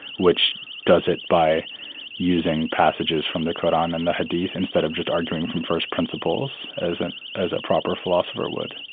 which does it by using passages from the qur'an and the hadith, instead of just arguing from first principles as and as a proper philosopher would.